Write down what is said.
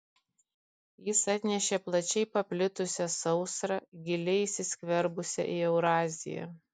jis atnešė plačiai paplitusią sausrą giliai įsiskverbusią į euraziją